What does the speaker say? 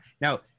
Now